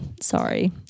sorry